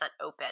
open